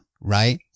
right